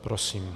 Prosím.